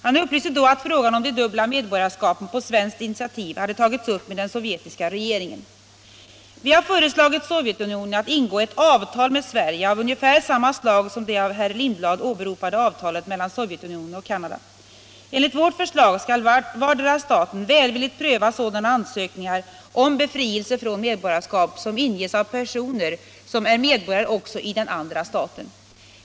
Han upplyste då att frågan om de dubbla medborgarskapen på svenskt initiativ hade tagits upp med den sovjetiska regeringen. Vi har föreslagit Sovjetunionen att ingå ett avtal med Sverige av ungefär samma slag som det av herr Lindblad åberopade avtalet mellan Sovjetunionen och Canada. Enligt vårt förslag skall vardera staten välvilligt pröva sådana ansökningar om befrielse från medborgarskap som inges av personer som är medborgare också i den andra staten.